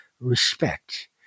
respect